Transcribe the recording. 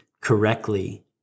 correctly